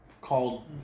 called